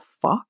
fuck